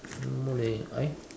no more leh I